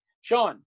Sean